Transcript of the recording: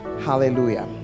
Hallelujah